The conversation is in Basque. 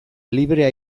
librea